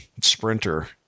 sprinter